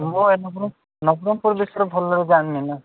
ମୁଁ ନବରଙ୍ଗପୁର ବିଷୟରେ ଭଲ ଭାବରେ ଜାଣିନି ନା